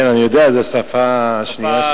כן, אני יודע, זאת השפה השנייה.